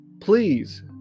please